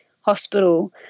hospital